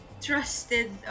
trusted